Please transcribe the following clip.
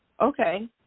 okay